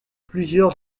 plusieurs